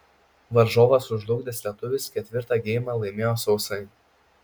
varžovą sužlugdęs lietuvis ketvirtą geimą laimėjo sausai